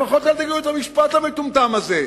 לפחות אל תגידו את המשפט המטומטם הזה,